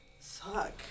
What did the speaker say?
suck